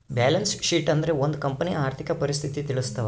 balance sheet ಅಂದ್ರೆ ಒಂದ್ ಕಂಪನಿಯ ಆರ್ಥಿಕ ಪರಿಸ್ಥಿತಿ ತಿಳಿಸ್ತವೆ